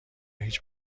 هیچ